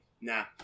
Nah